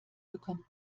bekommt